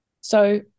So-